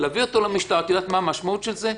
להביא אותו למשטרה את יודעת מה המשמעות של זה?